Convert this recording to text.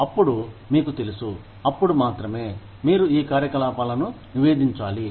అప్పుడు మీకు తెలుసు అప్పుడు మాత్రమే మీరు ఈ కార్యకలాపాలను నివేదించాలి